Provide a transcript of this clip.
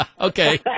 Okay